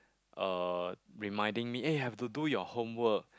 uh reminding me eh have to do your homework